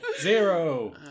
zero